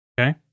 Okay